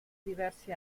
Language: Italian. diversi